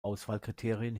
auswahlkriterien